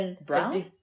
Brown